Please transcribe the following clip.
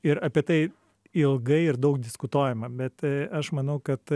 ir apie tai ilgai ir daug diskutuojama bet aš manau kad